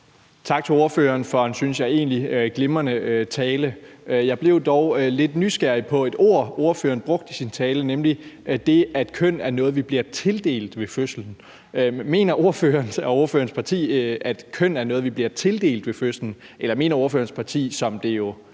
Tak til ordføreren for en, synes jeg, egentlig glimrende tale. Jeg blev dog lidt nysgerrig på et ord, ordføreren brugte i sin tale, nemlig det, at køn er noget, vi bliver tildelt ved fødslen. Mener ordføreren og ordførerens parti, at køn er noget, vi bliver tildelt ved fødslen, eller mener ordførerens parti – som det jo